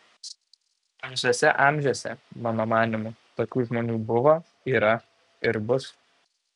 visuose amžiuose mano manymu tokių žmonių buvo yra ir bus